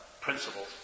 principles